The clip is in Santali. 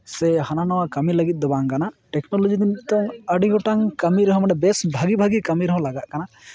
ᱥᱮ ᱦᱟᱱᱟ ᱱᱚᱣᱟ ᱠᱟᱹᱢᱤ ᱞᱟᱹᱜᱤᱫ ᱫᱚ ᱵᱟᱝ ᱠᱟᱱᱟ ᱴᱮᱠᱱᱳᱞᱚᱡᱤ ᱫᱚ ᱢᱤᱫᱴᱮᱡ ᱟᱹᱰᱤ ᱜᱚᱴᱟᱝ ᱠᱟᱹᱢᱤ ᱨᱮᱦᱚᱸ ᱢᱟᱱᱮ ᱵᱮᱥ ᱵᱷᱟᱹᱜᱤ ᱵᱷᱟᱹᱜᱤ ᱠᱟᱹᱢᱤ ᱨᱮᱦᱚᱸ ᱞᱟᱟᱜ ᱠᱟᱱᱟ